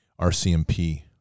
RCMP